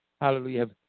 hallelujah